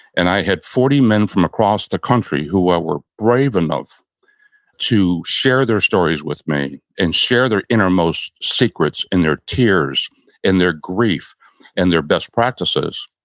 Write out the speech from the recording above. and i had forty men from across the country who were were brave enough to share their stories with me and share their innermost secrets and their tears and their grief and their best practices,